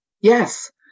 yes